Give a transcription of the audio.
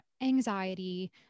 anxiety